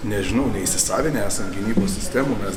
nežinau neįsisavinę esam gynybos sistemų mes